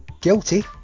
Guilty